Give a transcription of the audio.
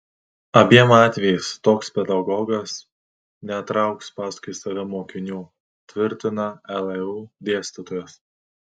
abiem atvejais toks pedagogas netrauks paskui save mokinių tvirtina leu dėstytojas